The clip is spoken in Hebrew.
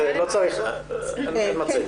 לא צריך מצגת.